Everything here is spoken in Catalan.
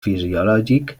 fisiològic